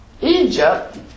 Egypt